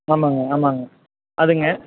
ஆமாங்க ஆமாங்க அதுங்க